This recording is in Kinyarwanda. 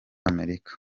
america